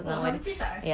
oh humphrey tak eh